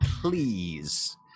please